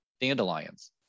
dandelions